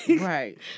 Right